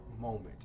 moment